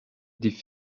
die